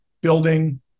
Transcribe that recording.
building